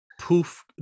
poof